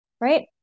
Right